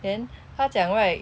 then 他讲 right